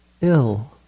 ill